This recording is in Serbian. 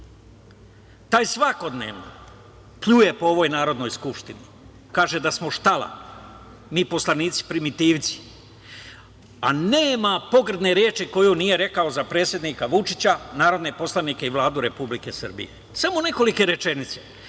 Taj svakodnevno pljuje po ovoj Narodnoj skupštini. Kaže da smo štala, mi poslanici primitivci, a nema pogrdne reči koju nije rekao za predsednika Vučića, narodne poslanike i Vladu Republike Srbije. Samo nekoliko rečenica. On